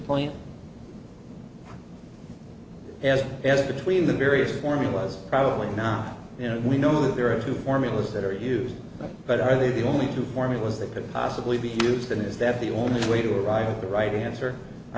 point as between the various formulas probably not you know we know that there are two formulas that are used but are they the only two formulas that could possibly be used and is that the only way to arrive at the right answer i